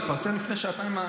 הסכום הזה התפרסם לפני שעתיים.